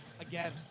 again